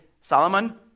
Solomon